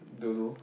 don't know